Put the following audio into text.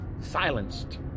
silenced